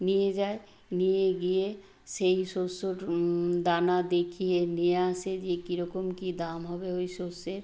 নিয়ে যায় নিয়ে গিয়ে সেই শস্যর দানা দেখিয়ে নিয়ে আসে যে কী রকম কী দাম হবে ওই শস্যের